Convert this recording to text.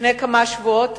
לפני כמה שבועות,